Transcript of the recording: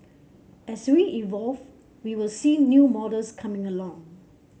as we evolve we will see new models coming along